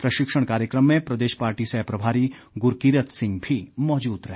प्रशिक्षण कार्यक्रम में प्रदेश पार्टी सह प्रभारी गुरकीरत सिंह भी मौजूद रहे